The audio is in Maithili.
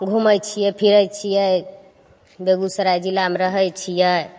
घुमय छियै फिरय छियै बेगूसराय जिलामे रहय छियै